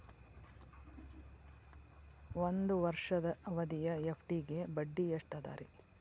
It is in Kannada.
ಒಂದ್ ವರ್ಷದ ಅವಧಿಯ ಎಫ್.ಡಿ ಗೆ ಬಡ್ಡಿ ಎಷ್ಟ ಅದ ರೇ?